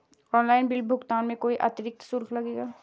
Online bill भुगतान में कोई अतिरिक्त शुल्क लगेगा?